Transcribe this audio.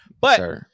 But-